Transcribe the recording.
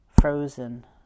frozen